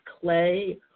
clay